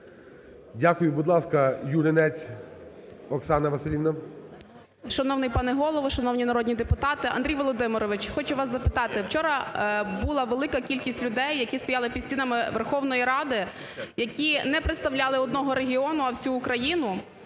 Дякую. Будь ласка, Юринець Оксана Василівна. 11:19:21 ЮРИНЕЦЬ О.В. Шановний пане Голово! Шановні народні депутати! Андрій Володимирович, хочу вас запитати. Вчора була велика кількість людей, які стояли під стінами Верховної Ради, які не представляли одного регіону, а всю Україну.